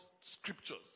scriptures